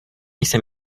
jsem